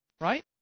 Right